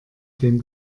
dem